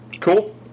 Cool